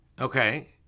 Okay